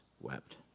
wept